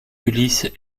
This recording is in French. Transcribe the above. ulysse